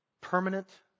permanent